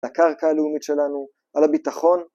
הקרקע הלאומית שלנו, על הביטחון